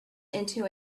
into